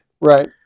Right